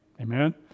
Amen